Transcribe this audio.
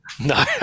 No